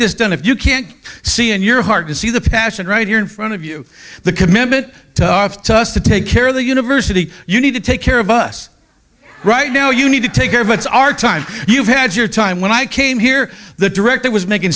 this done if you can't see in your heart to see the passion right here in front of you the commitment to us to take care of the university you need to take care of us right now you need to take care of it's our time you had your time when i came here the director was making